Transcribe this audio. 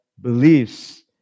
beliefs